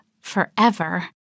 forever